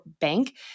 bank